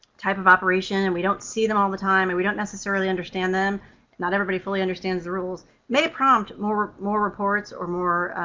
type of operation, and we don't see them all the time, and we don't necessarily understand them not everybody fully understands the rules may prompt more more reports or more